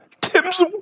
Tim's